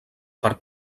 per